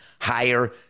Higher